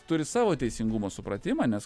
turi savo teisingumo supratimą nes